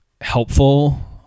helpful